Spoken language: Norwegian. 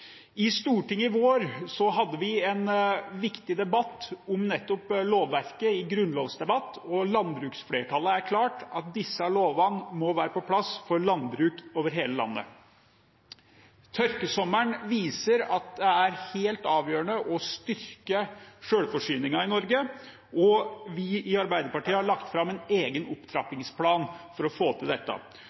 I Stortinget i vår hadde vi en viktig debatt nettopp om lovverket, en grunnlovsdebatt, og landbruksflertallet er klar på at disse lovene må være på plass for å ha et landbruk over hele landet. Tørkesommeren viser at det er helt avgjørende å styrke selvforsyningen i Norge, og vi i Arbeiderpartiet har lagt fram en egen opptrappingsplan for å få til dette.